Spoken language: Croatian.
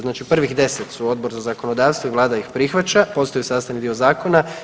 Znači prvih 10 su Odbora za zakonodavstvo i Vlada ih prihvaća, postaju sastavni dio zakona.